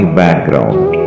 background